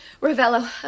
Ravello